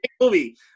movie